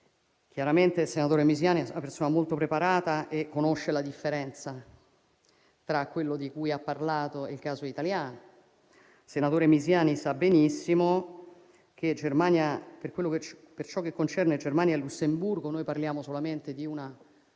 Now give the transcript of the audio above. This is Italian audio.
e Malta. Il senatore Misiani è una persona molto preparata e conosce la differenza tra quello di cui ha parlato e il caso italiano, quindi sa benissimo che, per ciò che concerne Germania e Lussemburgo, parliamo solamente di una